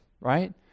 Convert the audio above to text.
right